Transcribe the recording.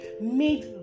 made